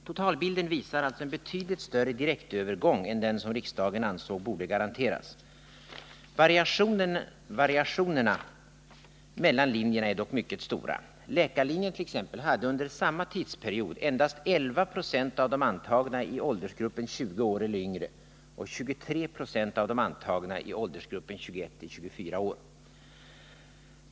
Totalbilden visar alltså en betydligt större direktövergång än den som riksdagen ansåg borde garanteras. Skillnaderna mellan linjerna är dock mycket stora. Läkarlinjen hade t.ex. under samma tidsperiod endast 11 96 av de antagna i åldersgruppen 20 år eller yngre och 23 26 av de antagna i åldersgruppen 21-24 år.